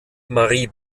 marie